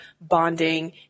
bonding